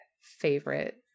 favorite